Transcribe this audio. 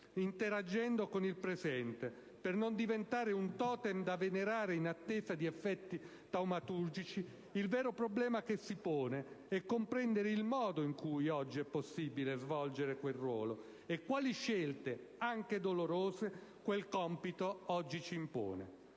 interagendo con il presente per non diventare un *totem* da venerare in attesa di effetti taumaturgici, il vero problema che si pone è comprendere il modo in cui oggi è possibile svolgere quel ruolo e quali scelte, anche dolorose, quel compito oggi ci impone.